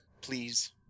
please